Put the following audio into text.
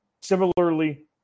Similarly